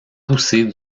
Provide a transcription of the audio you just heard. poussée